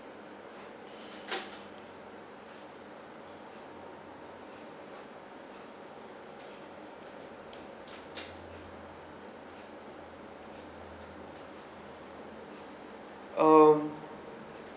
um